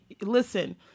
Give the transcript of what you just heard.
Listen